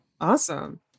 Awesome